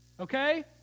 okay